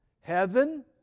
Heaven